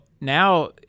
now